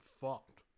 fucked